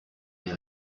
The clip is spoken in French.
les